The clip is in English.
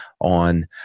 on